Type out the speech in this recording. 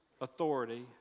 authority